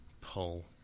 Pull